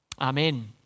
Amen